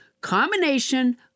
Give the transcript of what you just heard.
combination